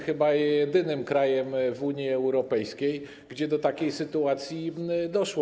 chyba jedynym krajem w Unii Europejskiej, gdzie do takiej sytuacji doszło.